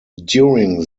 during